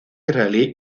israelí